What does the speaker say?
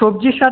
সবজির সাথে